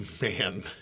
man